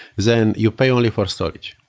then you pay only for storage.